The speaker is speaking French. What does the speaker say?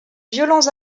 violents